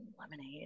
lemonade